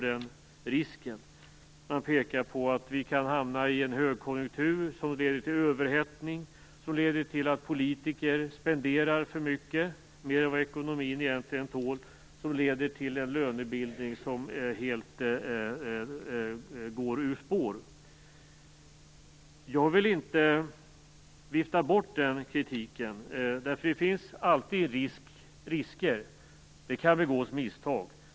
De pekar på att vi kan hamna i en högkonjunktur som leder till överhettning, som leder till att politiker spenderar för mycket, mer än vad ekonomin egentligen tål, och som leder till en lönebildning som helt spårar ur. Jag vill inte vifta bort den kritiken. Det finns alltid risker, och det kan begås misstag.